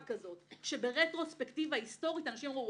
כזו שברטרוספקטיבה היסטורית אנשים אמרו: